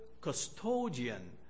custodian